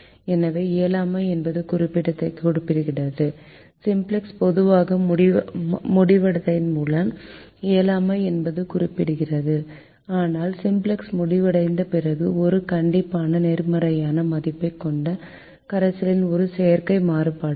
எனவே இயலாமை என்பது குறிக்கப்படுகிறது சிம்ப்ளக்ஸ் பொதுவாக முடிவடைவதன் மூலம் இயலாமை என்பது குறிக்கப்படுகிறது ஆனால் சிம்ப்ளக்ஸ் முடிவடைந்த பிறகு ஒரு கண்டிப்பான நேர்மறையான மதிப்பைக் கொண்ட கரைசலில் ஒரு செயற்கை மாறுபாடு உள்ளது